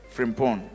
Frimpon